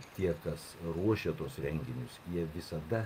tie kas ruošia tuos renginius jie visada